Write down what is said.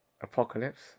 Apocalypse